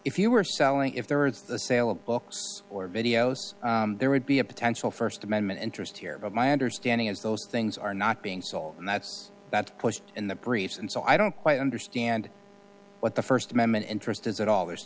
if you were selling if there is the sale of books or videos there would be a potential st amendment interest here but my understanding is those things are not being sold and that's that's pushed in the briefs and so i don't quite understand what the st amendment interest is at all there